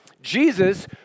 Jesus